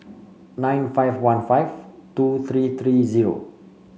nine five one five two three three zero